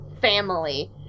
family